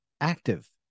active